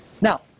Now